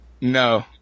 No